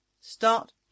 Start